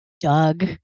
doug